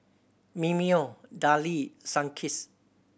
Mimeo Darlie Sunkist